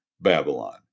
Babylon